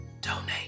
donate